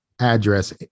address